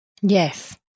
Yes